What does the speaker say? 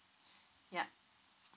yeah